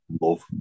love